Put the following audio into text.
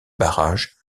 barrages